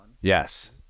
Yes